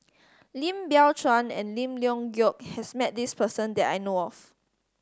Lim Biow Chuan and Lim Leong Geok has met this person that I know of